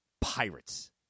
Pirates